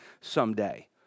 someday